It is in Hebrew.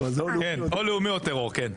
או לאומי או טרור, כן.